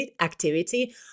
activity